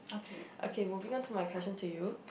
okay moving on to my question to you